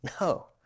No